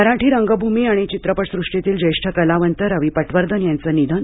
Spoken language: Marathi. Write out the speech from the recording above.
मराठी रंगभूमी चित्रपट सृष्टीतील ज्येष्ठ कलावंत रवी पटवर्धन यांचे निधन